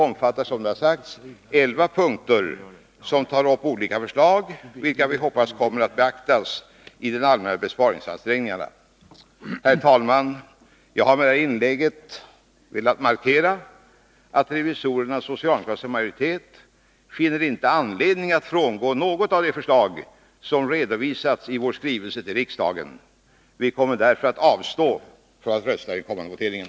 I elva punkter tas olika förslag upp, vilka vi hoppas kommer att beaktas i de allmänna besparingsansträngningarna. Herr talman! Jag har med detta inlägg velat markera att revisorernas socialdemokratiska majoritet inte finner anledning att frångå något av de förslag som redovisats i vår skrivelse till riksdagen. Vi kommer därför att avstå från att rösta vid den kommande voteringen.